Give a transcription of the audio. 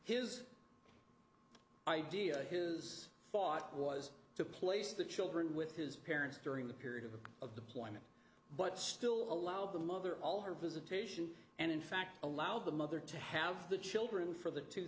his idea his thought was to place the children with his parents during the period of deployment but still allowed the mother all her visitation and in fact allowed the mother to have the children for the two